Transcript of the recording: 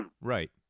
Right